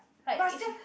like if